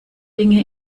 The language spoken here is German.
dinge